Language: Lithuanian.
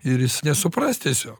ir jis nesupras tiesiog